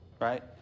right